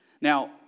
Now